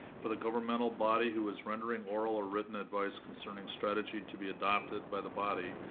for the governmental body who is rendering oral or written advice concerning strategy to be adopted by the body,